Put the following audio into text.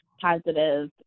positive